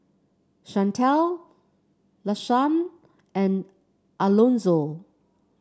Shantell Lashawn and Alonzo